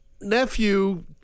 nephew